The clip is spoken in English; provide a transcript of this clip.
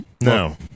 no